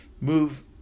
Move